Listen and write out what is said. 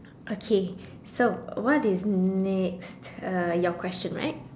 okay so what is next your question right